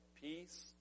peace